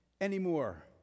anymore